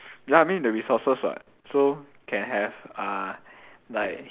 ya I mean the resources [what] so can have uh like